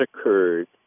occurred